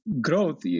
growth